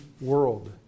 world